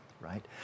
right